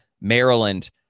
Maryland